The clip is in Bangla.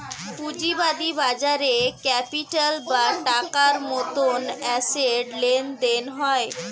পুঁজিবাদী বাজারে ক্যাপিটাল বা টাকার মতন অ্যাসেট লেনদেন হয়